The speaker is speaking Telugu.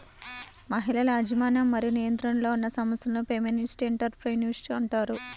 మహిళల యాజమాన్యం మరియు నియంత్రణలో ఉన్న సంస్థలను ఫెమినిస్ట్ ఎంటర్ ప్రెన్యూర్షిప్ అంటారు